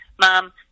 Mom